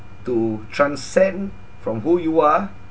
to transcend from who you are